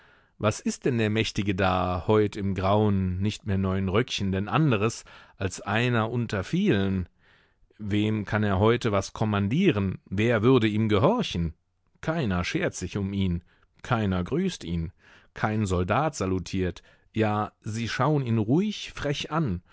was ist denn der mächtige da heut im grauen nicht mehr neuen röckchen denn anderes als einer unter vielen wem kann er heute was kommandieren wer würde ihm gehorchen keiner schert sich um ihn keiner grüßt ihn kein soldat salutiert ja sie schauen ihn ruhig frech an